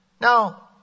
Now